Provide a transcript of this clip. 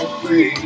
free